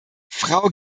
frau